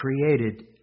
created